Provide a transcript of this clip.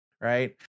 right